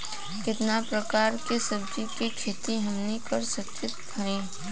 कितना प्रकार के सब्जी के खेती हमनी कर सकत हई?